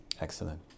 excellent